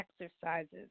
exercises